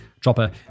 Chopper